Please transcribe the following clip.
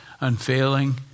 unfailing